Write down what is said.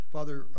Father